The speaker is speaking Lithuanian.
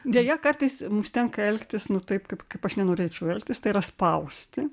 deja kartais mums tenka elgtis nu taip kaip aš nenorėčiau elgtis tai yra spausti